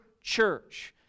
church